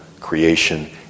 creation